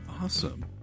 Awesome